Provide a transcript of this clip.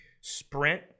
sprint